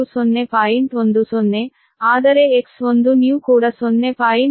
10 ಆದರೆ X1new ಕೂಡ 0